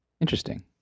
interesting